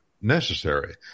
necessary